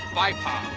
viper.